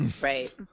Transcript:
Right